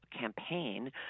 campaign